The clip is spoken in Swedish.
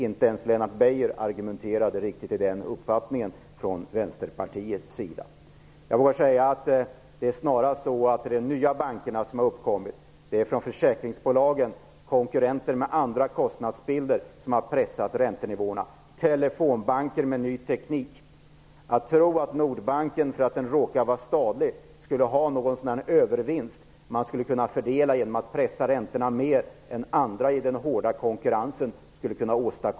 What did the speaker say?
Inte ens Lennart Beijer argumenterade riktigt i den uppfattningen från vänsterpartiets sida. Det är snarast så att det är de nya bankerna som uppkommit, försäkringsbolagen och konkurrenter med andra kostnadsbilder som har pressat räntenivårerna. Det är t.ex. telefonbanker med ny teknik. Jag tycker att det är mycket märkligt att man kan tro att Nordbanken, bara för att den råkar vara statlig, skulle kunna få en övervinst att fördela genom att pressa räntorna mer än andra kan i den hårda konkurrensen.